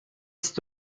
ist